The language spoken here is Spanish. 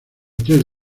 tres